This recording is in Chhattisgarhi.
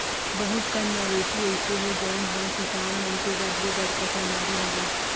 बहुत कन मवेशी अइसे हे जउन ह किसान मन के सबले बड़का संगवारी हरय